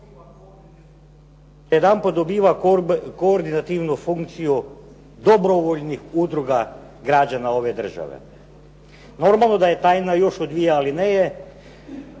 … dobiva koordinativnu funkciju dobrovoljnih udruga građana ove države. Normalno da je tajna još u dvije alineje